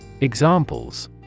Examples